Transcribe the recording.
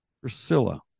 Priscilla